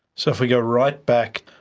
so if we go right back,